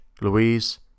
Louise